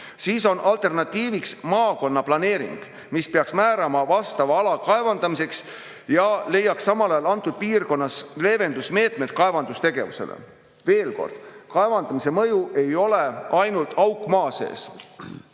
siis on alternatiiviks maakonnaplaneering, mis peaks määrama vastava ala kaevandamiseks ja leiaks samal ajal antud piirkonnas kaevandustegevuse [mõju] leevendamise meetmed. Veel kord: kaevandamise mõju ei ole ainult auk maa sees.